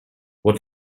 what